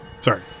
Sorry